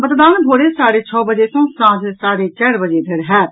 मतदान भोरे साढ़े छओ बजे सॅ सांझ साढ़े चारि बजे धरि होयत